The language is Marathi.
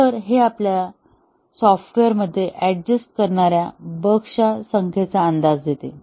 तर हे आपल्याला सॉफ्टवेअरमध्ये अड्जस्ट करणाऱ्या बग्सच्या संख्येचा अंदाज देते